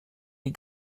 die